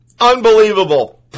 unbelievable